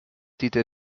diente